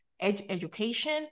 education